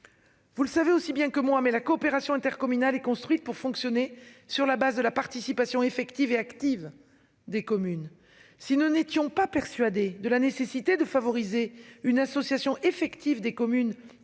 Vous le savez aussi bien que moi mais la coopération intercommunale et construite pour fonctionner sur la base de la participation effective et active des communes. Si nous n'étions pas persuadé de la nécessité de favoriser une association effective des communes